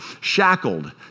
shackled